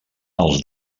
els